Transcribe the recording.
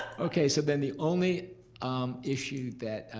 okay so then the only issue that